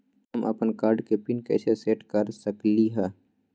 हम अपन कार्ड के पिन कैसे सेट कर सकली ह?